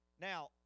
Now